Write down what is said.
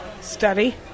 Study